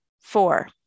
Four